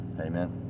Amen